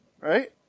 Right